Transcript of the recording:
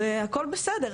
זה הכול בסדר,